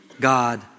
God